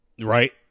Right